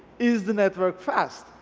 is the network fast?